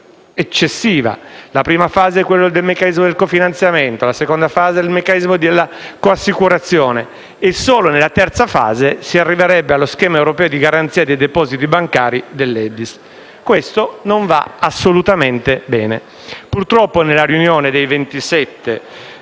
eccessiva. La prima fase è quella del meccanismo del cofinanziamento, la seconda fase è quella del meccanismo della coassicurazione e solo nella terza fase si arriverebbe allo schema europeo di garanzia dei depositi bancari (EDIS). Questo non va assolutamente bene. Purtroppo nella riunione dei 27